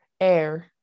Air